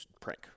prank